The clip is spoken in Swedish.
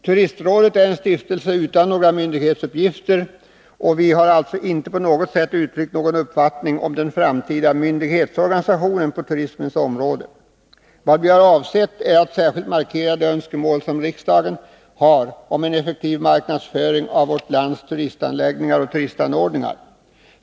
Turistrådet är en stiftelse utan några myndighetsuppgifter. Vi har således på intet sätt uttryckt någon uppfattning om den framtida myndighetsorganisationen på turismens område. Vad vi har avsett är att särskilt markera det önskemål som riksdagen har om en effektiv marknadsföring av vårt lands turistanläggningar och turistanordningar.